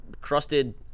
crusted